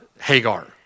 Hagar